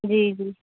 जी जी